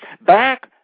Back